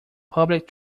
public